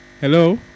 hello